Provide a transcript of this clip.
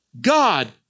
god